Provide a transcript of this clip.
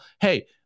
hey